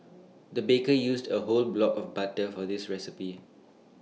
the baker used A whole block of butter for this recipe